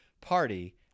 party